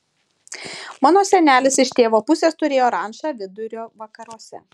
mano senelis iš tėvo pusės turėjo rančą vidurio vakaruose